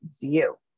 view